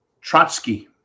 Trotsky